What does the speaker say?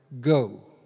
go